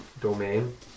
domain